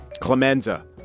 Clemenza